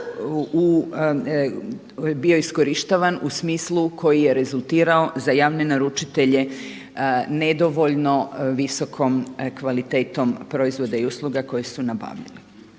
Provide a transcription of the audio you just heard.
bio iskorištavan u smislu koji je rezultirao za javne naručitelje nedovoljno visokom kvalitetom proizvoda i usluga koji su nabavili.